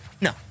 No